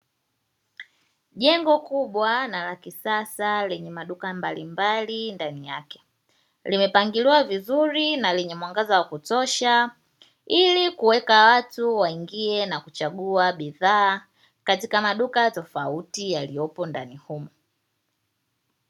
Jengo kubwa na la kisasa lenye maduka mbalimbali ndani yake, limepangiliwa vizuri na lenye mwangaza wa kutosha ili kuweka watu waingie na kuchagua bidhaa katika maduka tofauti yaliyopo ndani humo.